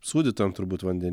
sūdytam turbūt vanden